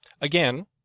Again